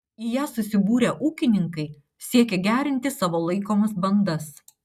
į ją susibūrę ūkininkai siekia gerinti savo laikomas bandas